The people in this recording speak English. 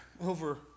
over